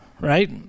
Right